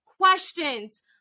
questions